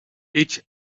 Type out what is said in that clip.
each